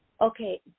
okay